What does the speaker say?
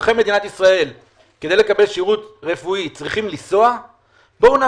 אזרחי מדינת ישראל צריכים לנסוע כדי לקבל שירות רפואי,